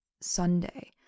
Sunday